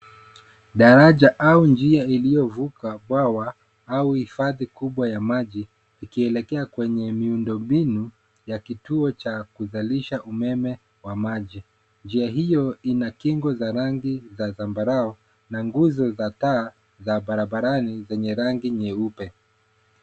Daraja au njia iliyovuka bwawa au hifadhi kubwa ya maji ikielekea kwenye miundo mbinu ya kituo cha kuzalisha umeme wa maji. Njia hio ina kingo za rangi ya zambarau na nguzo za taa za barabarani zenye rangi nyeupe.